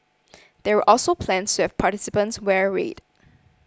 there were also plans to have participants wear red